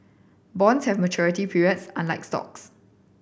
bonds have a maturity period unlike stocks